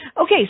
Okay